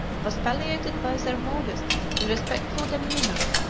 was palliated by their modest and respectful demeanor,